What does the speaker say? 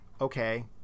okay